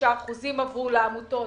29% עברו לעמותות